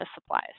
supplies